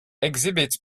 exhibit